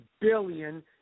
billion